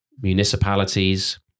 municipalities